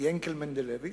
יענקל מנדלביץ',